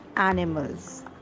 animals